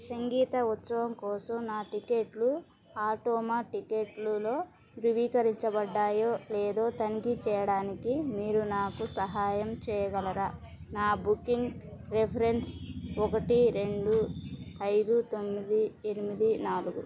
సంగీత ఉత్సవం కోసం నా టిక్కెట్లు ఆటోమ టిక్కెట్లలో ధృవీకరించబడ్డాయో లేదో తనిఖీ చేయడానికి మీరు నాకు సహాయం చేయగలరా నా బుకింగ్ రిఫరెన్స్ ఒకటి రెండు ఐదు తొమ్మిది ఎనిమిది నాలుగు